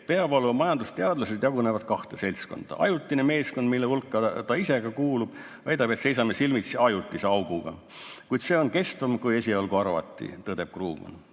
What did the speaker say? Peavoolu majandusteadlased jagunevad kahte seltskonda. Ajutine meeskond, kuhu ta ise kuulub, väidab, et me seisame silmitsi ajutise auguga, kuid see on kestvam, kui esialgu arvati, tõdeb Krugman.